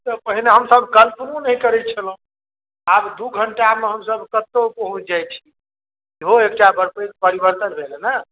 ई त पहिने हम सब कल्पनो नहि करैत छलहुँ आब दू घंटा मे हम सब कतौ पहुँच जाई छी इहो एकटा बड्ड पैघ परिवर्तन भेल अय ने